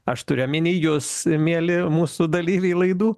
aš turiu omeny jus mieli mūsų dalyviai laidų